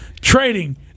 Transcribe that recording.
Trading